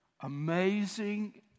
Amazing